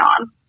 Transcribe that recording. on